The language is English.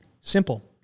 simple